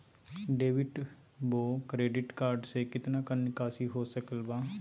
Debit बोया credit card से कितना का निकासी हो सकल बा?